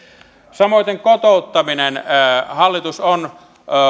samoiten kotouttaminen hallitus on